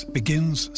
begins